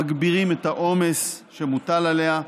מגבירים את העומס שמוטל עליה.